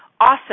Awesome